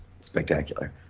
spectacular